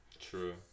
True